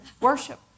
Worship